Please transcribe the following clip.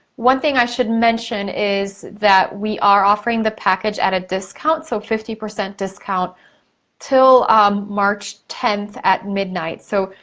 one thing i should mention is that we are offering the package at a discount, so fifty percent discount til march tenth at midnight. so,